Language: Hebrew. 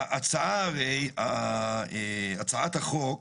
ההצעה החוק